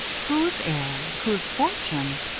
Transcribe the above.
whose heir? whose fortune?